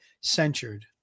censured